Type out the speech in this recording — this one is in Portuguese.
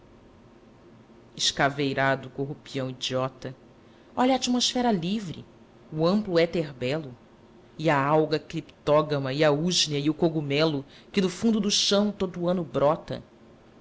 escaveirado corrupião idiota olha a atmosfera livre o amplo éter belo e a alga criptógama e a úsnea e o cogumelo que do fundo do chão todo o ano brota